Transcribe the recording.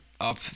up